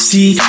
See